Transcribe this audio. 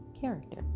character